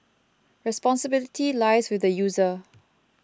responsibility lies with the user